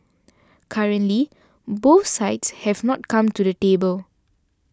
currently both sides have not come to the table